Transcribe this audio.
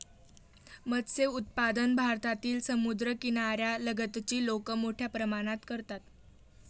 मत्स्य उत्पादन भारतातील समुद्रकिनाऱ्या लगतची लोक मोठ्या प्रमाणात करतात